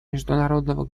международного